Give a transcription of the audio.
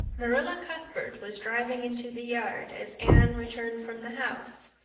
marilla cuthbert was driving into the yard as anne returned from the house,